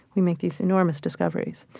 we make these enormous discoveries.